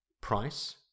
price